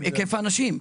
היקף האנשים.